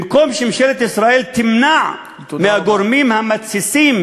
במקום שממשלת ישראל תמנע מהגורמים המתסיסים